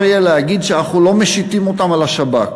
יהיה להגיד שאנחנו לא משיתים אותן על השב"כ.